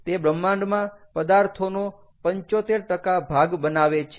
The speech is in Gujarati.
તે બ્રહ્માંડમાં પદાર્થોનો 75 ભાગ બનાવે છે